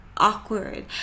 awkward